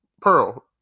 Pearl